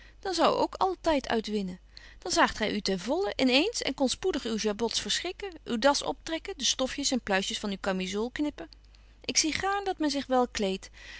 dat zou ook al tyd uitwinnen dan zaagt gy u ten vollen in eens en kon spoedig uw jabot verschikken uw das optrekken de stofjes en pluisjes van uw kamizool knippen ik zie gaarn dat men zich wel kleedt